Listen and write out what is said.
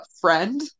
friend